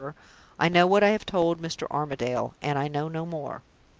i know what i have told mr. armadale, and i know no more.